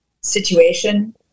situation